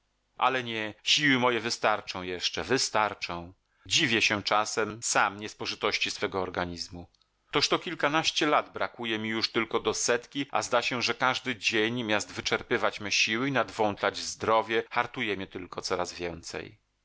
ale nie siły moje wystarczą jeszcze wystarczą dziwię się czasem sam niespożytości swego organizmu toż to kilkanaście lat brakuje mi już tylko do setki a zda się że każdy dzień miast wyczerpywać me siły i nadwątlać zdrowie hartuje mnie tylko coraz więcej